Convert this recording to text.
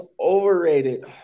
overrated –